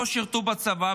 לא שירתו בצבא,